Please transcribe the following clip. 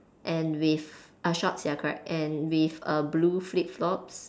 and with uh shorts ya correct and with a blue flip flops